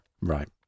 Right